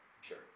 Sure